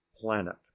planet